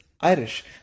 Irish